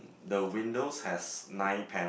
the windows has nine panel